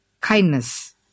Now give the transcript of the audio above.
Kindness